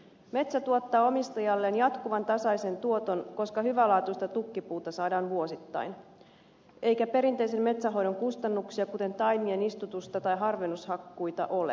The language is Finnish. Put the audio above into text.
metsä tuottaa omistajalleen jatkuvan tasaisen tuoton koska hyvälaatuista tukkipuuta saadaan vuosittain eikä perinteisen metsänhoidon kustannuksia kuten taimien istutusta tai harvennushakkuita ole